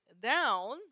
down